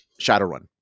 Shadowrun